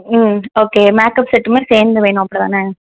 ம் okay makeup செட்டுமே சேர்ந்து வேணும் அப்பிடிதானே